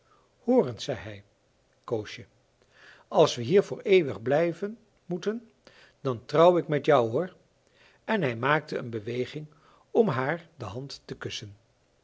eens zei hij koosje als we hier voor eeuwig blijven moeten dan trouw ik met jou hoor en hij maakte een beweging om haar de hand te kussen